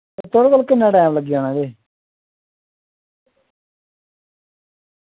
थुआढ़े कोल किन्ना टैम लग्गी जाना फ्ही